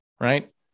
right